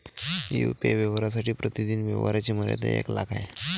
UPI व्यवहारांसाठी प्रतिदिन व्यवहारांची मर्यादा एक लाख आहे